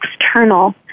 external